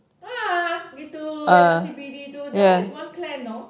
ah gitu dengan C_B_D tu that one is one clan know